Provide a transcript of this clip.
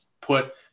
put